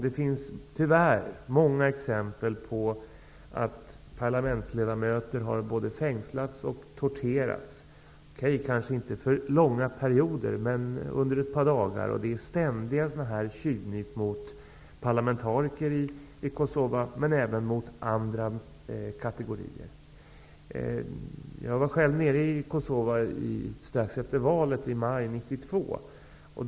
Det finns tyvärr många exempel på att parlamentsledamöter har både fängslats och torterats -- kanske inte under långa perioder, men under ett par dagar. Det sker ständigt sådana här tjuvnyp mot parlamentariker i Kosova, men även mot andra kategorier. Jag var själv nere i Kosova strax efter valet i maj 1992.